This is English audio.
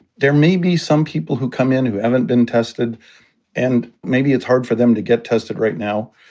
there may be some people who come in who haven't been tested and maybe it's hard for them to get tested right now.